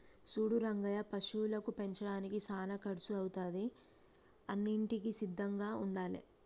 సూడు రంగయ్య పశువులను పెంచడానికి సానా కర్సు అవుతాది అన్నింటికీ సిద్ధంగా ఉండాలే